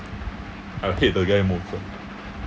I'll hate the guy most ah